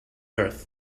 earth